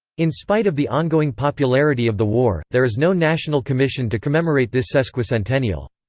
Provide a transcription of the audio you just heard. in spite of the ongoing popularity of the war, there is no national commission to commemorate this sesquicentennial.